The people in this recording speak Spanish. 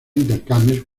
intercambios